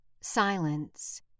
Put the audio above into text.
silence